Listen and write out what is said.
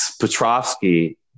Petrovsky